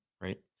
right